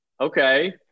okay